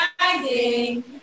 rising